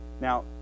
Now